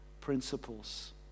principles